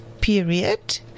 period